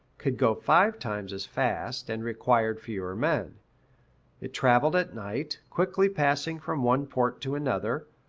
could go five times as fast, and required fewer men it traveled at night, quickly passing from one port to another,